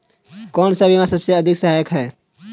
कौन सा बीमा सबसे अधिक सहायक है?